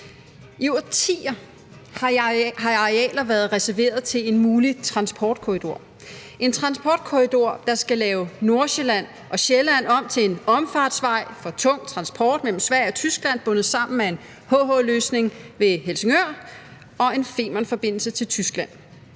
I årtier har arealer været reserveret til en mulig transportkorridor; en transportkorridor, der skal lave Nordsjælland og Sjælland om til en omfartsvej for tung transport mellem Sverige og Tyskland bundet sammen af en HH-løsning ved Helsingør og en Femernforbindelse til Tyskland;